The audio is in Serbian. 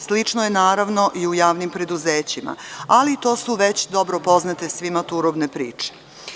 Slično je i u javnim preduzećima, ali to su već dobro poznate svima turobne priče.